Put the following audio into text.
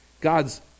God's